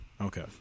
okay